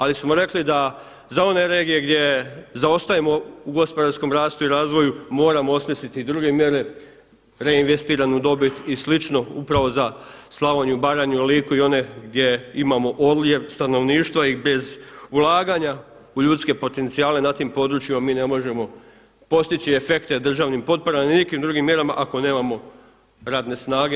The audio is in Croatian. Ali smo rekli da za one regije gdje zaostajemo u gospodarskom rastu i razvoju moramo osmisliti druge mjere, reinvestiranu dobit i slično upravo za Slavoniju, Baranju, Liku i one gdje imamo odljev stanovništva i bez ulaganja u ljudske potencijale na tim područjima mi ne možemo postići efekte državnim potporama ni nikim drugim mjerama ako nemamo radne snage.